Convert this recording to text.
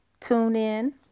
TuneIn